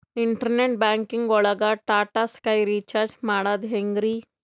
Internet banking ಒಳಗ್ Tata Sky recharge ಮಾಡದ್ ಹೆಂಗ್ರೀ?